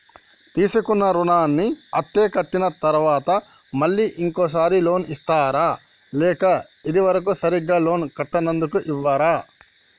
తీసుకున్న రుణాన్ని అత్తే కట్టిన తరువాత మళ్ళా ఇంకో సారి లోన్ ఇస్తారా లేక ఇది వరకు సరిగ్గా లోన్ కట్టనందుకు ఇవ్వరా?